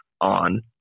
on